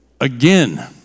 again